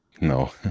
no